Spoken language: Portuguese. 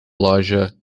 loja